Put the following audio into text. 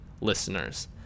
listeners